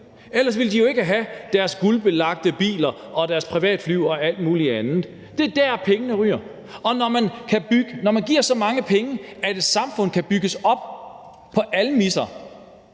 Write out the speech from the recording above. Ellers ville de jo ikke have deres guldbelagte biler og deres privatfly og alt muligt andet. Det er der, pengene ryger hen. Og når man giver så mange penge, at et samfund kan bygges op på almisser,